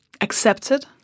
accepted